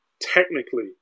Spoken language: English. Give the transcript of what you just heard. technically